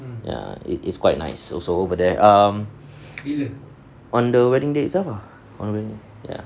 ya it is quite nice also over there um on the wedding day itself lah ya